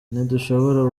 ntidushobora